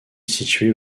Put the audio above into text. située